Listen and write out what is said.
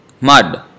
mud